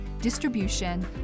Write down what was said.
distribution